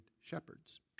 shepherds